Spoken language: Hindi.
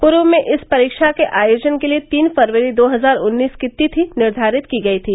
पूर्व में इस परीक्षा के आयोजन के लिए तीन फरवरी दो हजार उन्नीस की तिथि निर्धारित की गई थी